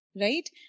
right